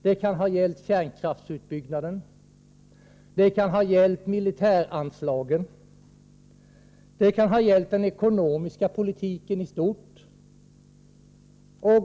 Det kan ha gällt kärnkraftsutbyggnaden, det kan ha gällt militäranslagen, det kan ha gällt den ekonomiska politiken i stort.